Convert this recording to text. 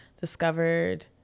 discovered